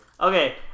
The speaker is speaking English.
okay